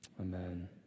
Amen